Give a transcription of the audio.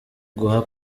guha